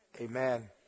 Amen